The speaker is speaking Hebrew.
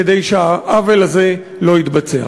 כדי שהעוול הזה לא יתבצע.